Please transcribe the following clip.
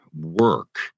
work